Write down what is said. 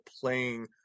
playing